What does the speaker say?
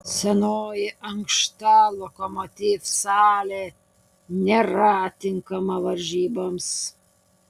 senoji ankšta lokomotiv salė nėra tinkama varžyboms